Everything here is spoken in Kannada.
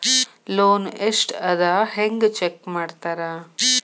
ಲೋನ್ ಎಷ್ಟ್ ಅದ ಹೆಂಗ್ ಚೆಕ್ ಮಾಡ್ತಾರಾ